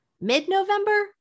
Mid-November